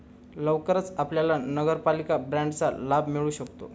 लवकरच आपल्याला नगरपालिका बाँडचा लाभ मिळू शकतो